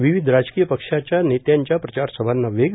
विविध राजकीय पक्षाच्या नेत्यांच्या प्रचारसभांना वेग